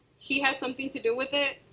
he had something to do with it.